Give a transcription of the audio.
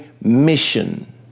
mission